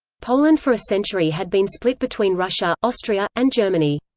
poland for a century had been split between russia, austria, and germany.